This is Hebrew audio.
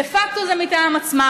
דה פקטו זה מטעם עצמה,